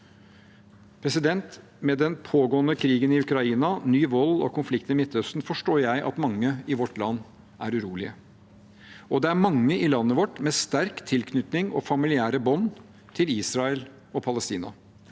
det. Med den pågående krigen i Ukraina, ny vold og konflikt i Midtøsten forstår jeg at mange i vårt land er uroli ge. Det er mange i landet vårt med sterk tilknytning og sterke familiære bånd til Israel og Palestina.